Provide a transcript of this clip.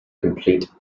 complete